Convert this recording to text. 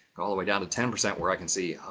all the way down to ten percent, where i can see,